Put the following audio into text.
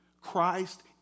Christ